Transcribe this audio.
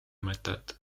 mõtet